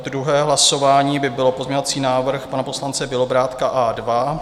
Druhé hlasování by byl pozměňovací návrh pana poslance Bělobrádka A2.